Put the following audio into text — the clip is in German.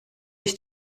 ich